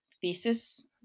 thesis